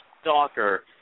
stalker